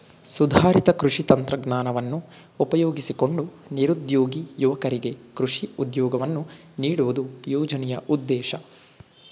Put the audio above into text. ಸುಧಾರಿತ ಕೃಷಿ ತಂತ್ರಜ್ಞಾನವನ್ನು ಉಪಯೋಗಿಸಿಕೊಂಡು ನಿರುದ್ಯೋಗಿ ಯುವಕರಿಗೆ ಕೃಷಿ ಉದ್ಯೋಗವನ್ನು ನೀಡುವುದು ಯೋಜನೆಯ ಉದ್ದೇಶ